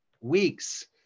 weeks